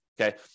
Okay